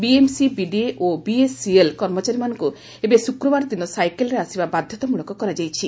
BMC BDA ଓ ବିଏସ୍ସିଏଲ୍ରେ କର୍ମଚାରୀମାନଙ୍କୁ ଏବେ ଶୁକ୍ରବାର ଦିନ ସାଇକଲରେ ଆସିବା ବାଧତାମୂଳକ କରାଯାଇଛି